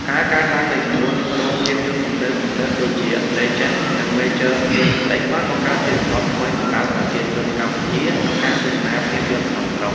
ការកើនឡើងនៃចំនួនរោងភាពយន្តទំនើបៗដូចជា Legend និង Major Cineplex បានបង្កើតជាទម្លាប់ថ្មីសម្រាប់ប្រជាជនកម្ពុជាក្នុងការទស្សនាភាពយន្តក្នុងស្រុក។